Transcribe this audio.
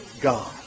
God